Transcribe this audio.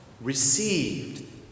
received